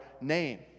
name